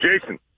Jason